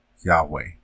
Yahweh